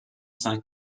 cinq